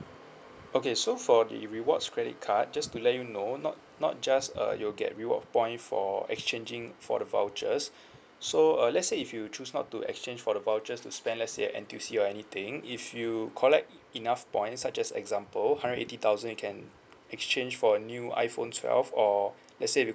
okay so for the rewards credit card just to let you know not not just uh you'll get reward point for exchanging for the vouchers so uh let's say if you choose not to exchange for the vouchers to spend less and to see or anything if you collect enough points such as example hundred eighty thousand you can exchange for a new iphone twelve or let's say you